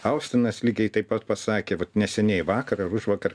austinas lygiai taip pat pasakė vat neseniai vakar ar užvakar